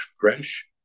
fresh